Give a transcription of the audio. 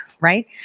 right